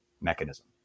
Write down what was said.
mechanism